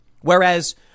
Whereas